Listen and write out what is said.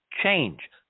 change